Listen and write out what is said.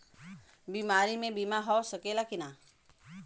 बीमारी मे बीमा हो सकेला कि ना?